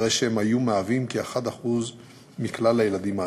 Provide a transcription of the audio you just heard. הרי שהם היו מהווים כ-1% מכלל הילדים העניים.